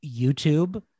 YouTube